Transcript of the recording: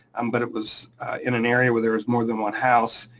um but it was in an area where there was more than one house,